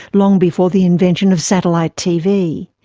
long before the invention of satellite tv.